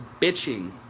bitching